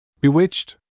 Bewitched